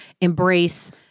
embrace